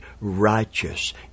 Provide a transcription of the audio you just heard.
righteous